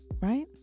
right